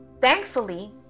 thankfully